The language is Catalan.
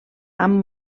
amb